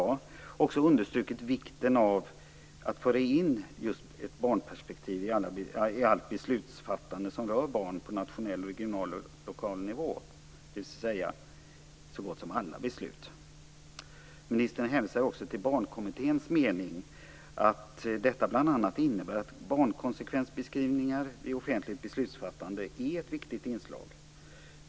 Hon har också understrukit vikten av att föra in just ett barnperspektiv i allt beslutsfattande som rör barn på nationell, regional och lokal nivå, dvs. i så gott som alla beslut. Ministern hänvisar också till Barnkommitténs mening att detta bl.a. innebär att barnkonsekvensbeskrivningar är ett viktigt inslag vid offentligt beslutsfattande.